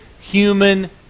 human